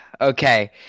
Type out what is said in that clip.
okay